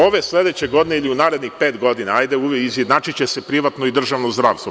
Ove, sledeće godine ili u narednih pet godina izjednačiće se privatno i državno zdravstvo.